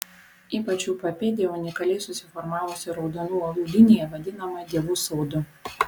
ypač jų papėdėje unikaliai susiformavusių raudonų uolų linija vadinama dievų sodu